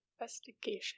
Investigation